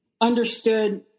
understood